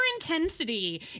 intensity